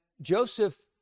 Joseph